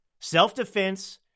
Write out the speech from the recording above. self-defense